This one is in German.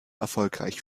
erfolgreich